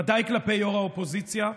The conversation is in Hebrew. ודאי כלפי ראש האופוזיציה,